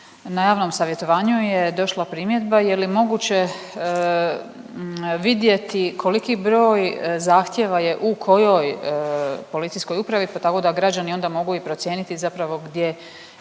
na javnom savjetovanju je došla primjedba, je li moguće vidjeti koliki broj zahtjeva je u kojoj policijskoj upravi, pa tako da građani onda mogu i procijeniti zapravo gdje